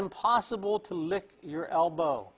impossible to lick your elbow